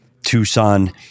Tucson